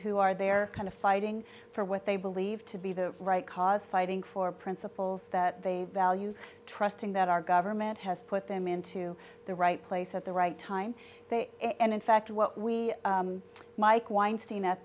who are their kind of fighting for what they believe to be the right cause fighting for principles that they value trusting that our government has put them into the right place at the right time and in fact what we mike weinstein at